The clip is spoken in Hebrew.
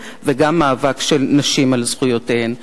וגם מאבק של נשים על זכויותיהן.